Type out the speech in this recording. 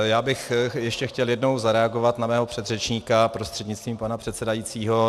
Já bych ještě chtěl jednou zareagovat na mého předřečníka prostřednictvím pana předsedajícího.